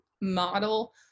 model